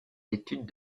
études